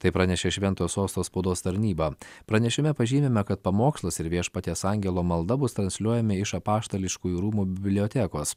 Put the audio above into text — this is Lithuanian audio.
tai pranešė šventojo sosto spaudos tarnyba pranešime pažymima kad pamokslas ir viešpaties angelo malda bus transliuojami iš apaštališkųjų rūmų bibliotekos